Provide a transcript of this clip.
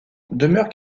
demeure